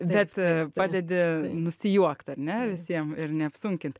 bet padedi nusijuokt ar ne visiem ir neapsunkint